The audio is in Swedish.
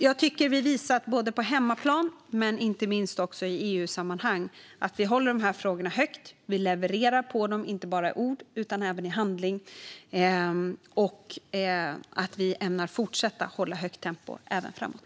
Jag tycker därför att vi har visat på hemmaplan, men inte minst i EU-sammanhang, att vi håller dessa frågor högt. Vi levererar på dem, inte bara i ord utan även i handling. Och vi ämnar fortsätta att hålla ett högt tempo även framåt.